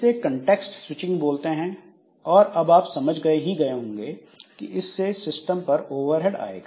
इसे context switching बोलते हैं और आप समझ ही गए होंगे इससे सिस्टम पर ओवरहेड आएगा